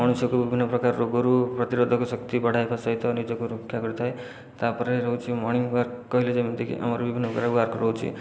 ମଣିଷକୁ ବିଭିନ୍ନ ପ୍ରକାର ରୋଗରୁ ପ୍ରତିରୋଧକ ଶକ୍ତି ବଢ଼ାଇବା ସହିତ ନିଜକୁ ରକ୍ଷା କରିଥାଏ ତା'ପରେ ରହୁଛି ମର୍ଣ୍ଣିଙ୍ଗୱାର୍କ କହିଲେ ଯେମିତିକି ଆମର ବିଭିନ୍ନ ପ୍ରକାର ୱାର୍କ ରହୁଛି